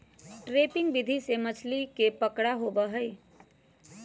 trapping विधि से मछली के पकड़ा होबा हई